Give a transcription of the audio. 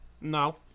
No